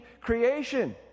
creation